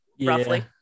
Roughly